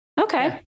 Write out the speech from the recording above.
okay